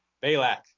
Balak